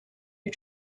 you